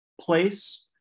place